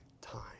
time